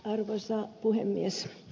arvoisa puhemies